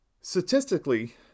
statistically